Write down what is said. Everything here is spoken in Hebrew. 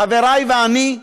חברי ואני,